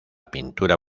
pintura